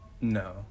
No